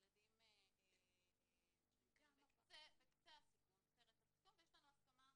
ילדים שנמצאים בקצה רצף הסיכון ויש לנו הסכמה,